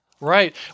Right